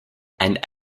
and